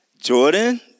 Jordan